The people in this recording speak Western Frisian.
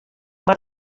moat